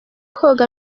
koga